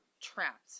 trapped